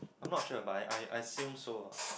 I'm not sure by I I I seem so lah